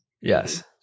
yes